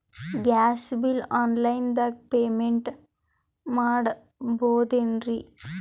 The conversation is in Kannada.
ಗ್ಯಾಸ್ ಬಿಲ್ ಆನ್ ಲೈನ್ ದಾಗ ಪೇಮೆಂಟ ಮಾಡಬೋದೇನ್ರಿ?